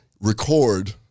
record